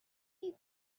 you